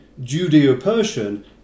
Judeo-Persian